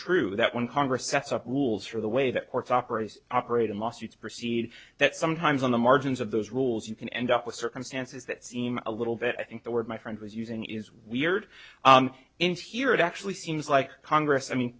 true that when congress sets up rules for the way that courts operators operate in lawsuits proceed that sometimes on the margins of those rules you can end up with circumstances that seem a little bit i think the word my friend was using is weird in here it actually seems like congress i mean